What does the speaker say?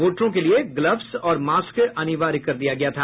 वोटरों के लिये ग्लब्स और मास्क अनिवार्य कर दिया गया था